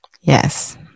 Yes